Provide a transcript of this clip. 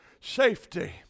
safety